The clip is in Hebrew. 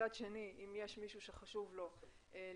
מצד שני אם יש מישהו שחשוב לו להתייחס,